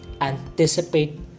Anticipate